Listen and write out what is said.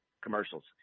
commercials